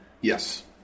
Yes